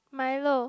Milo